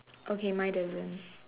okay my doesn't